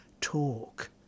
talk